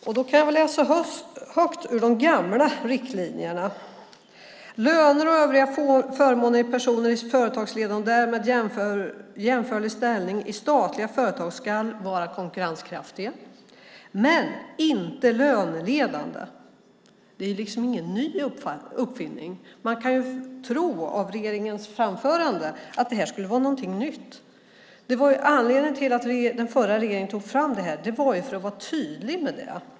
Jag kan läsa högt ur de gamla riktlinjerna: Löner och övriga förmåner för personer i företagsledande och därmed jämförlig ställning i statliga företag ska vara konkurrenskraftiga men inte löneledande. Det är liksom ingen ny uppfinning. Man kan tro av regeringens framförande att det här skulle vara någonting nytt. Anledningen till att den förra regeringen tog fram det här var att man skulle vara tydlig med detta.